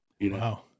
wow